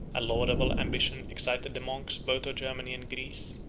a laudable ambition excited the monks both of germany and greece,